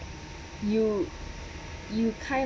you you kind